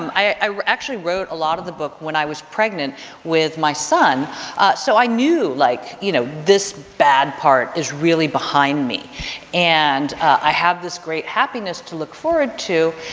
um i actually wrote a lot of the book when i was pregnant with my son so i knew like you know this bad part is really behind me and i have this great happiness to look forward to.